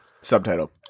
subtitle